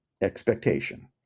expectation